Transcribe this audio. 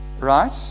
right